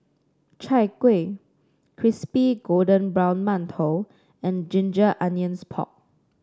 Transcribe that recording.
Chai Kueh Crispy Golden Brown Mantou and Ginger Onions Pork